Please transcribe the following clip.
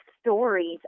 stories